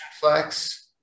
Flex